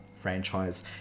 franchise